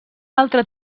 altre